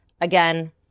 again